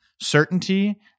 certainty